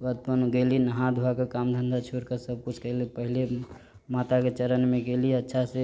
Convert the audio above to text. ओकरबाद तहन गइली नहा धोवा कऽ काम धन्धा छोइर कऽ सबकुछ कइले पहिले माता के चरण मे गेली अच्छा से